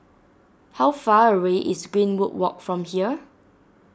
how far away is Greenwood Walk from here